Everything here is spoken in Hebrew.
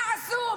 מה עשו?